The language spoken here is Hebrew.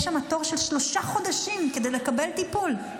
יש שם תור של שלושה חודשים כדי לקבל טיפול.